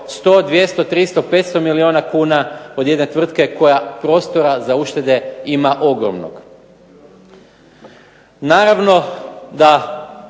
100, 200, 300, 500 kuna milijuna kuna od jedne tvrtke koja prostora za uštede ima ogromnog. Naravno da